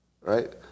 right